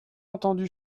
entendu